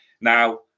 Now